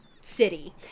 city